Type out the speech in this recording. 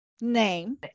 name